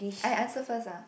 I answer first ah